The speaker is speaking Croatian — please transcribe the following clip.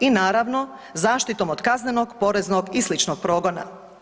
I naravno zaštitom od kaznenog, poreznog i sličnog progona.